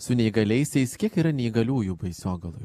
su neįgaliaisiais kiek yra neįgaliųjų baisogaloj